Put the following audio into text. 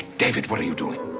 david, what are you doing?